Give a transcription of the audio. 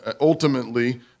ultimately